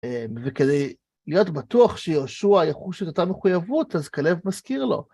וכדי להיות בטוח שיהושע יחוש את אותה מחויבות, אז כלב מזכיר לו.